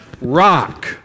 rock